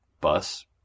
Bus